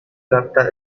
capta